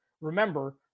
Remember